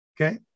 Okay